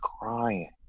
crying